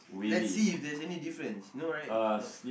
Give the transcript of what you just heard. let's see if there's any difference no right no